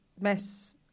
mess